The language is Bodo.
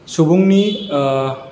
सुबुंनि